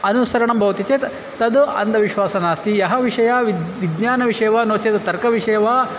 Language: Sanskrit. अनुसरणं भवति चेत् तद् अन्धविश्वासः नास्ति यः विषयः विज् विज्ञानविषये वा नो चेत् तर्कविषये वा